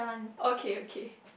okay okay